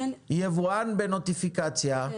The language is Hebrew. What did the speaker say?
יבואן בנוטיפיקציה -- כן.